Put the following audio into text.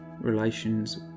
relations